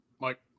Mike